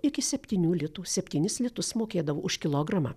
iki septynių litų septynis litus mokėdavo už kilogramą